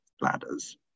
ladders